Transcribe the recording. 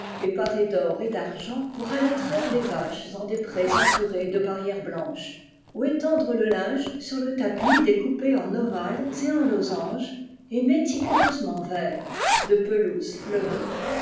et parées d'or et d'argent pour aller traire les vaches en des prés entourés de barrières blanches ou étendre le linge sur le tapis découpé en ovales et en losanges et méticuleusement vert de pelouses fleuries